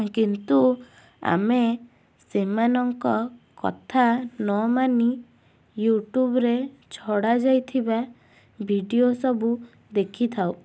କିନ୍ତୁ ଆମେ ସେମାନଙ୍କ କଥା ନମାନି ୟୁଟ୍ୟୁବରେ ଛଡ଼ାଯାଇଥିବା ଭିଡ଼ିଓ ସବୁ ଦେଖିଥାଉ